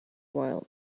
while